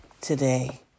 today